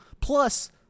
Plus